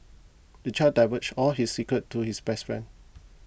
the child divulged all his secrets to his best friend